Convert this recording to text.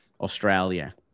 Australia